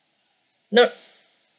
nope